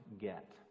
get